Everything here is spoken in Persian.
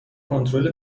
کنترل